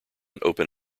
open